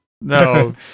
No